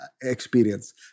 Experience